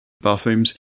bathrooms